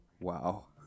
wow